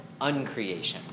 uncreation